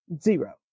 zero